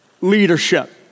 leadership